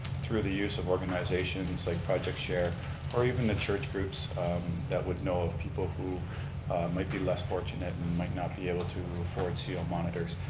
through the use of organizations like project share or even the church groups that would know of people who might be less fortunate and might not be able to afford co monitors,